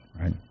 right